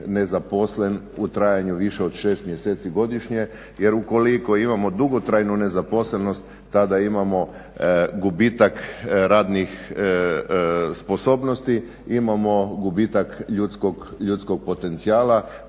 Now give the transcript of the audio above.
nezaposlen u trajanju više od 6 mjeseci godišnje. Jer ukoliko imamo dugotrajnu nezaposlenost tada imamo gubitak radnih sposobnosti, imamo gubitak ljudskog potencijala,